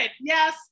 Yes